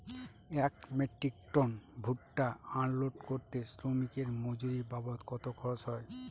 এক metric ton ভুট্টা unload করতে শ্রমিকের মজুরি বাবদ কত খরচ হয়?